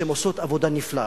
שהן עושות עבודה נפלאה,